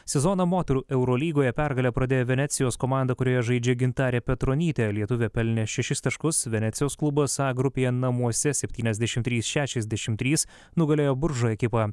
sezoną moterų eurolygoje pergale pradėjo venecijos komanda kurioje žaidžia gintarė petronytė lietuvė pelnė šešis taškus venecijos klubas a grupėje namuose septyniasdešimt trys šešiasdešimt trys nugalėjo buržo ekipą